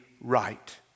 right